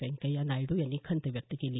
व्यंकय्या नायडू यांनी खंत व्यक्त केली